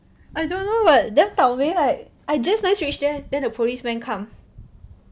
I don't know but damn 倒霉 like I just nice reach there then the policeman come